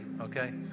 Okay